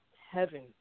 heaven